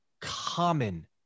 common